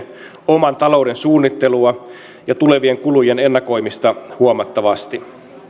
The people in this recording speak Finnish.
oman talouden suunnittelua ja tulevien kulujen ennakoimista huomattavasti